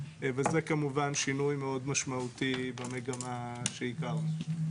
וזה כמובן שינוי מאוד משמעותי במגמה שהכרנו.